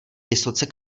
vysoce